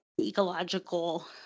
ecological